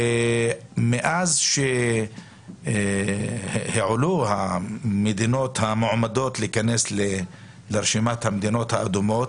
מאז שהועלו המדינות המועמדות להיכנס לרשימת המדינות האדומות